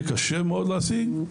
שקשה מאוד להשיג.